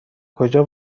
کجا